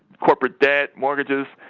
corporate debt mortgages ah.